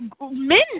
Men